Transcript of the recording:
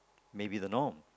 may be the norm